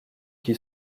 qui